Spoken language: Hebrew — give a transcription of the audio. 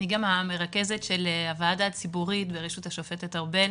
המרכזת של הוועדה הציבורית בראשות השופטת ארבל